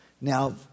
Now